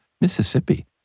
Mississippi